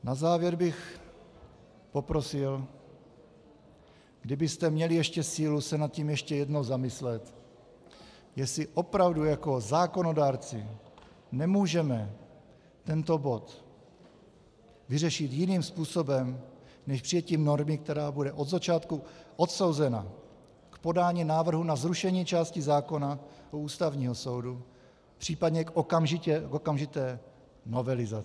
Na závěr bych poprosil, kdybyste měli sílu se nad tím ještě jednou zamyslet, jestli opravdu jako zákonodárci nemůžeme tento bod vyřešit jiným způsobem než přijetím normy, která bude od začátku odsouzena k podání návrhu na zrušení části zákona u Ústavního soudu, příp. k okamžité novelizaci.